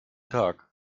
tag